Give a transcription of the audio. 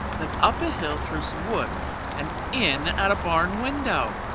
then up a hill through some woods and in at a barn window!